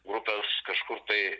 grupės kažkur tai